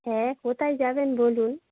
হ্যাঁ কোথায় যাবেন বলুন